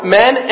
men